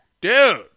dude